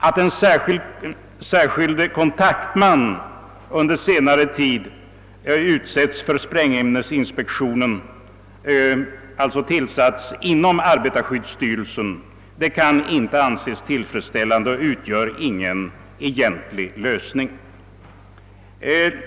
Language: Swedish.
Att en särskild kontaktman under senare tid tillsatts inom arbetarskyddsstyrelsen för sprängämnesinspektionen kan inte anses tillfredsställan de; detta utgör ingen egentlig lösning.